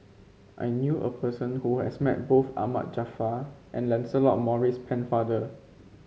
I knew a person who has met both Ahmad Jaafar and Lancelot Maurice Pennefather